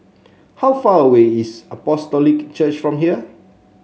how far away is Apostolic Church from here